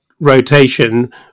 rotation